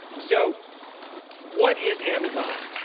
so what is amazon?